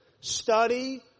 Study